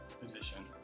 position